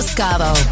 Scavo